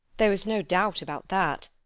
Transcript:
there was no doubt about that.